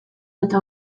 eta